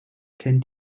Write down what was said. kennt